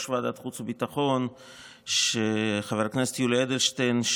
ועדת החוץ והביטחון חבר הכנסת יולי אדלשטיין,